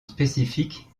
spécifique